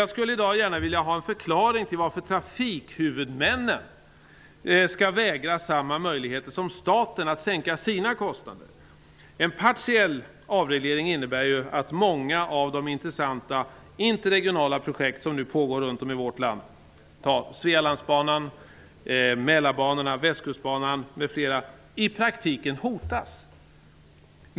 Jag skulle i dag vilja ha en förklaring till varför trafikhuvudmännen skall vägras samma möjligheter som staten att sänka sina kostnader. En partiell avreglering innebär ju att många av de intressanta interregionala projekt som nu pågår runt om i vårt land -- Svealandsbanan, Mälarbanan, Västkustbanan -- i praktiken hotas.